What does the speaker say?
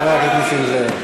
אבל הוא לא רשום.